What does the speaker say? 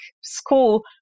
school